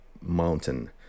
mountain